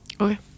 okay